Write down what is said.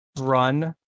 run